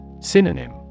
Synonym